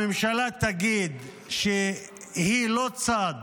הממשלה תגיד שהיא לא צד